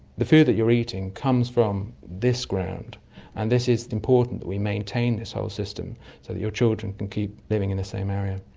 the food that you're eating comes from this ground and this is important that we maintain this whole system so that your children can keep living in the same area.